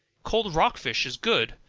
cold rock fish is good,